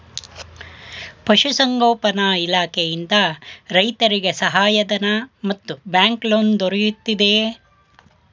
ಪಶು ಸಂಗೋಪನಾ ಇಲಾಖೆಯಿಂದ ರೈತರಿಗೆ ಸಹಾಯ ಧನ ಮತ್ತು ಬ್ಯಾಂಕ್ ಲೋನ್ ದೊರೆಯುತ್ತಿದೆಯೇ?